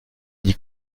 dit